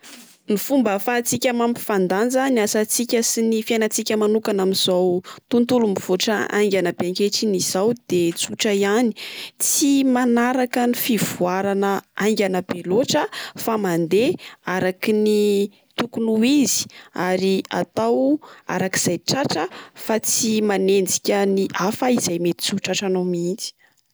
Ny fomba ahafahantsika mampifandanja ny asantsika sy ny fiainantsika manokana amin'izao tontolo mivoatra aingana be ankehitriny izao de tsotra ihany: tsy manaraka ny fivoarana haingana be loatra. Fa mandeha araky ny tokony ho izy, ary atao araka izay tratra fa tsy manenjika ny hafa izay mety tsy ho tratranao mihintsy.